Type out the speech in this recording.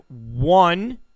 one